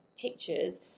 pictures